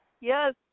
Yes